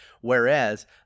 whereas